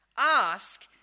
ask